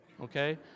okay